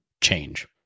change